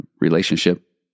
relationship